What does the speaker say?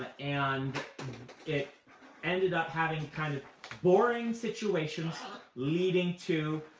ah and it ended up having kind of boring situations leading to